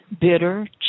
bitter